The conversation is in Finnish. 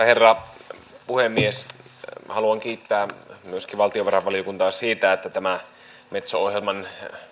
herra puhemies haluan kiittää myöskin valtiovarainvaliokuntaa siitä että tämä metso ohjelman